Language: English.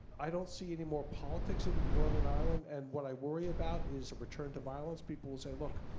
i don't see any more politics in northern ireland, and what i worry about is a return to violence. people will say look,